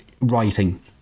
writing